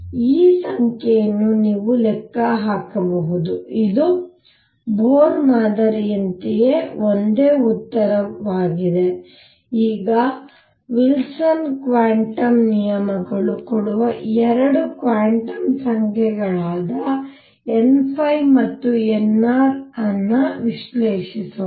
ಈ ಸಂಖ್ಯೆಯನ್ನು ನೀವು ಲೆಕ್ಕ ಹಾಕಬಹುದು ಇದು ಬೋರ್ ಮಾದರಿಯಂತೆಯೇ ಒಂದೇ ಉತ್ತರವಾಗಿದೆ ಈಗ ವಿಲ್ಸನ್ ಕ್ವಾಂಟಮ್ ನಿಯಮಗಳು ಕೊಡುವ 2 ಕ್ವಾಂಟಮ್ ಸಂಖ್ಯೆಗಳಾದ n ಮತ್ತು nr ವಿಶ್ಲೇಷಿಸೋಣ